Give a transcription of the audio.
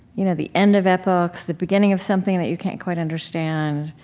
you know the end of epochs, the beginning of something that you can't quite understand,